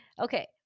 okay